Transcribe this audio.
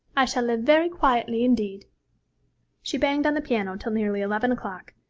i shall live very quietly indeed she banged on the piano till nearly eleven o'clock,